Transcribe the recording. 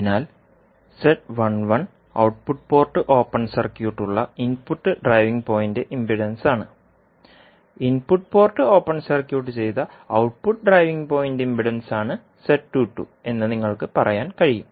അതിനാൽ output port open സർക്യൂട്ടുള്ള input driving point ഇംപെഡൻസാണ് ഇൻപുട്ട് പോർട്ട് ഓപ്പൺ സർക്യൂട്ട് ചെയ്ത ഔട്ട്പുട്ട് ഡ്രൈവിംഗ് പോയിന്റ് ഇംപെഡൻസാണ് എന്ന് നിങ്ങൾക്ക് പറയാൻ കഴിയും